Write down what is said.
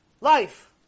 life